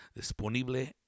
Disponible